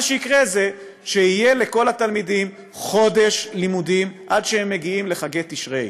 מה שיקרה זה שיהיה לכל התלמידים חודש לימודים עד שהם מגיעים לחגי תשרי.